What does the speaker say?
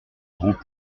groupes